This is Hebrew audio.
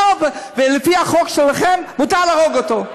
ולפי החוק שלכם, מותר להרוג אותו.